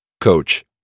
Coach